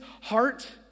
heart